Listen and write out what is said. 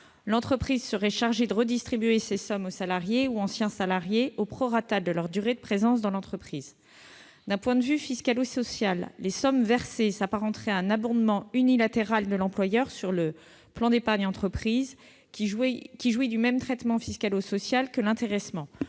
L'entreprise serait chargée de redistribuer ces sommes aux salariés ou anciens salariés au prorata de leur durée de présence dans l'entreprise. D'un point de vue fiscalo-social, les sommes versées s'apparenteraient à un abondement unilatéral de l'employeur sur le plan d'épargne d'entreprise, qui jouit du même traitement fiscalo-social que l'intéressement